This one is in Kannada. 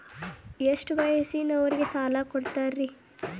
ಎಷ್ಟ ವಯಸ್ಸಿನವರಿಗೆ ಸಾಲ ಕೊಡ್ತಿರಿ?